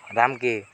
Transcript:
ରାମ୍କେ